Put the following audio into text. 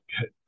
good